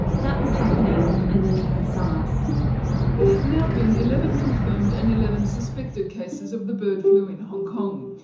that was happening. and then you had sars. there have now been eleven confirmed and eleven suspected cases of the bird flu in hong kong,